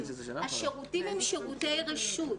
השירותים הם שירותי רשות.